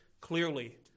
clearly